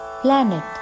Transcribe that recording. planet